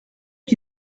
qui